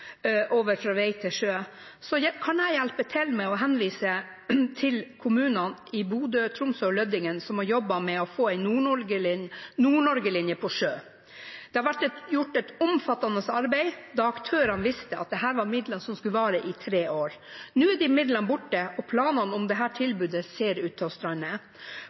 over fra vei til sjø, kan jeg hjelpe til med å henvise til kommunene Bodø, Tromsø og Lødingen, som har jobbet med å få en Nord-Norge-linje på sjø. Det har vært gjort et omfattende arbeid, da aktørene visste at dette var midler som skulle vare i tre år. Nå er de midlene borte, og planene om dette tilbudet ser ut til å strande.